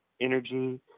energy